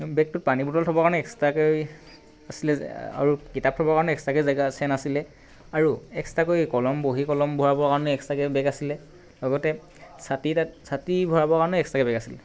সেই বেগটো পানী বটল থ'বৰ কাৰণে এক্সট্ৰাকৈ আছিলে যে আৰু কিতাপ থ'বৰ কাৰণেও এক্সটাকৈ জেগা চেইন আছিলে আৰু এক্সট্ৰাকৈ কলম বহী কলম ভৰাবৰ কাৰণে এক্সট্ৰাকৈ বেগ আছিলে লগতে ছাতি তাত ছাতি ভৰাবৰ কাৰণে এক্সট্ৰাকৈ বেগ আছিলে